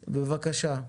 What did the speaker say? בבקשה.